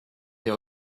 der